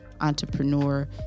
entrepreneur